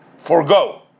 Forgo